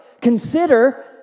consider